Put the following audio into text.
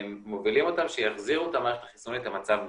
מובילים אותם שיחזירו את המערכת החיסונית למצב נורמלי.